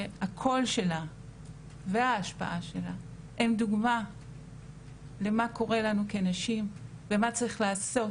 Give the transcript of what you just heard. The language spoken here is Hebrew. הקול שלה וההשפעה שלה הם דוגמה למה קורה לנו כנשים ומה צריך לעשות